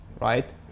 right